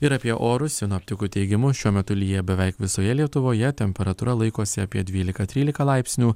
ir apie orus sinoptikų teigimu šiuo metu lyja beveik visoje lietuvoje temperatūra laikosi apie dvylika trylika laipsnių